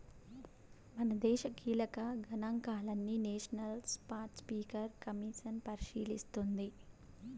మనదేశ కీలక గనాంకాలని నేషనల్ స్పాటస్పీకర్ కమిసన్ పరిశీలిస్తోంది